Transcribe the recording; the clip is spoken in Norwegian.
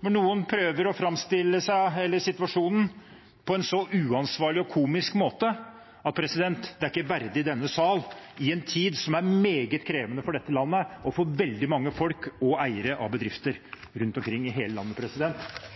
hvor noen prøver å framstille situasjonen på en så uansvarlig og komisk måte at det ikke er verdig denne sal, i en tid som er meget krevende for dette landet og for veldig mange folk og eiere av bedrifter rundt omkring i hele landet.